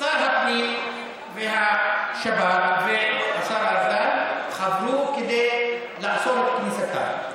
שר הפנים והשב"כ והשר ארדן חברו כדי לאסור את כניסתה.